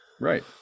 Right